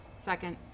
Second